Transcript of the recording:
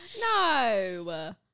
No